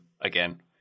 again